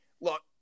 Look